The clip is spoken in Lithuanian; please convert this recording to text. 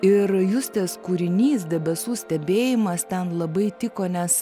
ir justės kūrinys debesų stebėjimas ten labai tiko nes